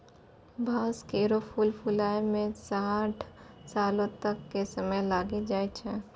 बांस केरो फूल फुलाय म साठ सालो तक क समय लागी जाय छै